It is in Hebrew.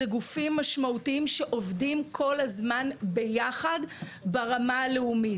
זה גופים משמעותיים שעובדים כל הזמן ביחד ברמה הלאומית.